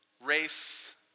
race